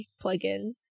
plug-in